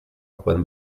juan